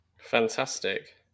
Fantastic